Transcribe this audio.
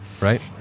Right